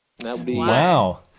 Wow